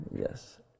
Yes